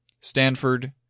Stanford